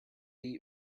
eat